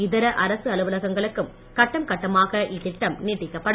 இதர அரசு அலுவலகங்களுக்கும் கட்டம் கட்டமாக இத்திட்டம் நீட்டிக்கப்படும்